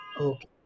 Okay